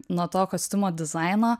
nuo to kostiumo dizaino